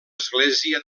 església